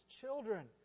children